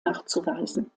nachzuweisen